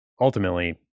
ultimately